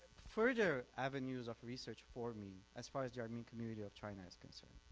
further avenues of research for me as far as the armenian community of china's concerned.